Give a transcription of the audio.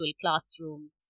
classroom